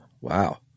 Wow